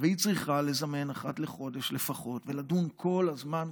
והיא צריכה לזמן אחת לחודש לפחות ולדון כל הזמן,